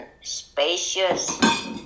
spacious